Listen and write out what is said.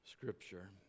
Scripture